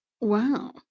Wow